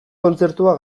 kontzertua